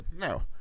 No